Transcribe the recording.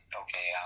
okay